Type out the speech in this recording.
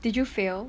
did you fail